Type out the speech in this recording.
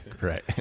Right